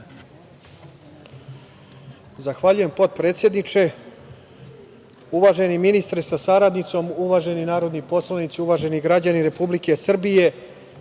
Zahvaljujem, potpredsedniče. Uvaženi ministre sa saradnicom, uvaženi narodni poslanici, uvaženi građani Republike Srbije,